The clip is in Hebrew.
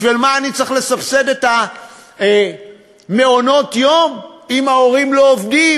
בשביל מה אני צריך לסבסד את מעונות-היום אם ההורים לא עובדים?